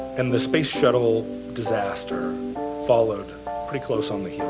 and the space shuttle disaster followed pretty close on the heels